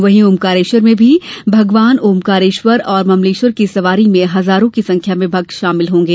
वहीं ओंकारेश्वर में भी भगवान ओंकारेश्वर और ममलेश्वर की सवारी में हजारों की संख्या में भक्त शामिल होंगे